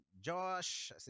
Josh